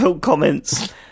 comments